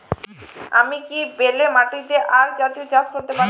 আমি কি বেলে মাটিতে আক জাতীয় চাষ করতে পারি?